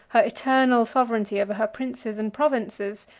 her eternal sovereignty over her princes and provinces,